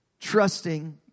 Trusting